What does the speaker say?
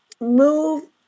move